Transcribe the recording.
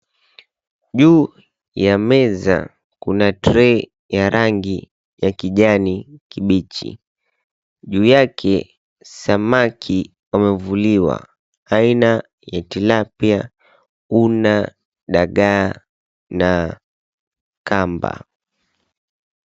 Juu ya meza kuna tray ya rangi ya kijani kibichi. Juu yake samaki wamevuliwa aina ya tilapia, una, dagaa na kamba.